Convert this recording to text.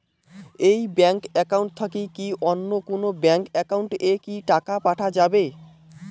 এই bank account থাকি কি অন্য কোনো ব্যাংক একাউন্ট এ কি টাকা পাঠা যাবে?